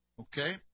Okay